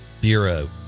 Bureau